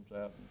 out